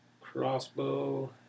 crossbow